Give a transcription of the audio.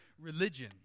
religion